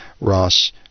Ross